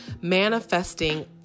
manifesting